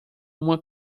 uma